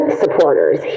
supporters